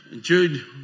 Jude